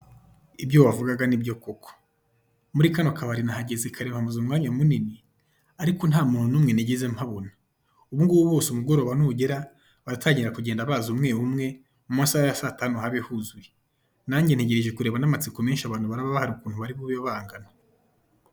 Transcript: Ibyo bavugaga ni byo koko! Muri kano kabari nahageze kare mpamaze umwanya munini, ariko nta muntu n'umwe nigeze mpabona. Ubungubu bose umugoroba nugera, baratangira kuza umwe umwe, mu masaha ya saa tanu habe huzuye. Nange ntagereje kureba n'amatsiko menshi abantu baraba bahari ukuntu baribube bangana.